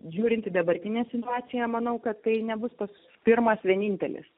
žiūrint į dabartinę situaciją manau kad tai nebus tas pirmas vienintelis